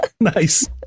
Nice